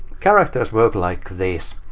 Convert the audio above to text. characters work like this.